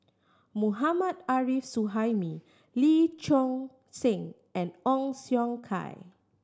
Mohammad Arif Suhaimi Lee Choon Seng and Ong Siong Kai